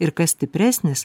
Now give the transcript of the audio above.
ir kas stipresnis